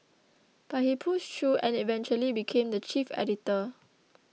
but he pushed through and eventually became the chief editor